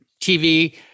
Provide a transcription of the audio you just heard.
TV